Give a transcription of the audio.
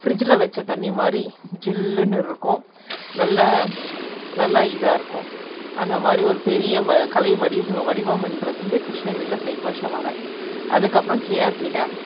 ஃப்ரிட்ஜ்ஜில் வைச்ச தண்ணி மாதிரி ஜில்லுனு இருக்கும் நல்லா நல்லா இதாக இருக்கும் அந்த மாதிரி ஒரு பெரிய கலை வடிவ வடிவம்ங்றது கிருஷ்ணகிரியில் சைய்த் பாஷா மலை அதுக்கு அப்புறம் கேஆர்பி டேம்